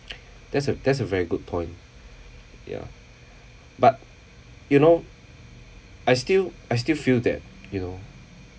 that's a that's a very good point yeah but you know I still I still feel that you know